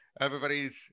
everybody's